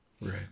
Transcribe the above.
Right